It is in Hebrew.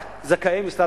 רק לחסרי דירה